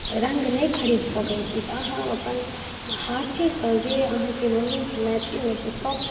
रङ्ग नहि खरीद सकै छी तऽ अहाँ अपन हाथेसँ जे अहाँके मम्मी मैथिलीमे तऽ सब